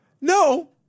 No